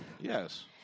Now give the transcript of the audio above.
Yes